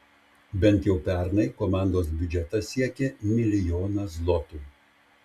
bent jau pernai komandos biudžetas siekė milijoną zlotų